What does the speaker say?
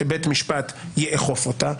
שבית משפט יאכוף אותה,